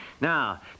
Now